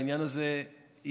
בעניין הזה,